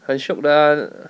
很 shiok 的啦